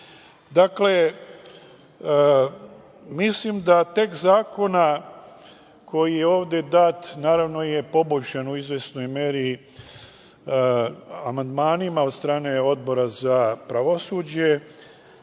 itd. Dakle, mislim da tekst zakona, koji je ovde dat, i naravno koji je poboljšan u izvesnoj meri amandmanima od strane Odbora za pravosuđe,